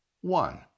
One